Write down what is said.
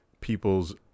people's